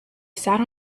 sat